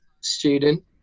student